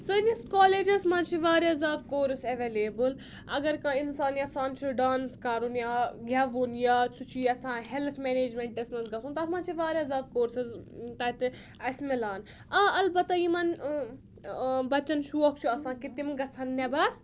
سٲنِس کالیجَس منٛز چھِ واریاہ زیادٕ کورس ایویلیبٕل اگر کانٛہہ اِنسان یَژھان چھُ ڈانٕس کَرُن یا گیٚوُن یا سُہ چھُ یَژھان ہیٚلٕتھ میٚنیجمؠنٛٹَس منٛز گژھُن تَتھ منٛز چھِ واریاہ زیادٕ کورسٕز تَتہِ اَسہِ مِلان آ آلبتہ یِمَن بَچَن شوق چھُ آسان کہِ تِم گژھن نیٚبَر